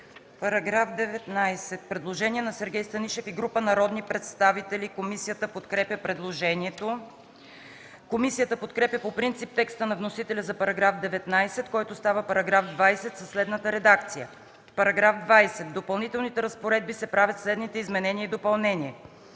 По § 19 има предложение на Сергей Станишев и група народни представители. Комисията подкрепя предложението. Комисията подкрепя по принцип текста на вносителя за § 19, който става § 20, със следната редакция: „§ 20. В Допълнителните разпоредби се правят следните изменения и допълнения: 1.